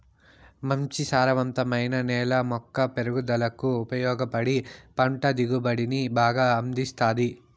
మంచి సారవంతమైన నేల మొక్క పెరుగుదలకు ఉపయోగపడి పంట దిగుబడిని బాగా అందిస్తాది